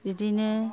बिदिनो